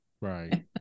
right